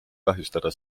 kahjustada